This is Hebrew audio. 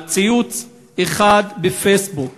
על ציוץ אחד בפייסבוק.